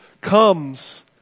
comes